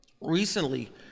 Recently